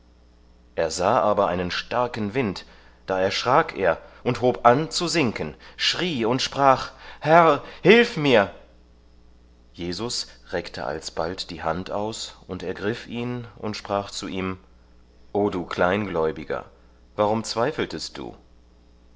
er sah aber einen starken wind da erschrak er und hob an zu sinken schrie und sprach herr hilf mir jesus reckte alsbald die hand aus und ergriff ihn und sprach zu ihm o du kleingläubiger warum zweifeltest du